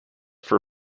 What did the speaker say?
for